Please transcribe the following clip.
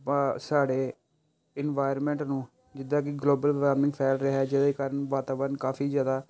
ਵਾ ਸਾਡੇ ਇਨਵਾਇਰਮੈਂਟ ਨੂੰ ਜਿੱਦਾਂ ਕਿ ਗਲੋਬਲ ਵਾਰਮਿੰਗ ਫੈਲ ਰਿਹਾ ਹੈ ਜਿਹਦੇ ਕਾਰਨ ਵਾਤਾਵਰਨ ਕਾਫ਼ੀ ਜ਼ਿਆਦਾ